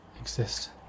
exist